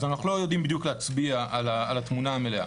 אז אנחנו לא יודעים בדיוק להצביע על התמונה המלאה.